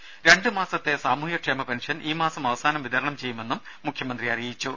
രുദ രണ്ടുമാസത്തെ സാമൂഹ്യക്ഷേമ പെൻഷൻ ഈ മാസം അവസാനം വിതരണം ചെയ്യുമെന്നും മുഖ്യമന്ത്രി പറഞ്ഞു